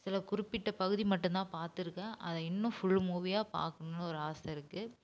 சில குறிப்பிட்ட பகுதி மட்டும்தான் பார்த்துருக்கேன் அதை இன்னும் ஃபுல் மூவியாக பார்க்கணுனு ஒரு ஆசை இருக்குது